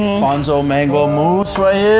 alphonso mango mousse